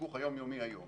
החיכוך היומיומי היום